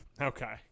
Okay